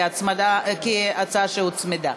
כהצעה שהוצמדה.